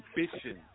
ambition